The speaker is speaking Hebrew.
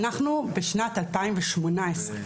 בשנת 2018,